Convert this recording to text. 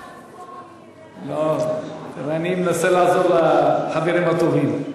לא, אני מנסה לעזור לחברים הטובים.